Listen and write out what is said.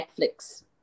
Netflix